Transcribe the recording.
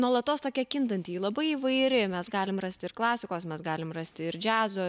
nuolatos tokia kintanti ji labai įvairi mes galim rasti ir klasikos mes galim rasti ir džiazo